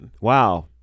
Wow